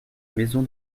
maison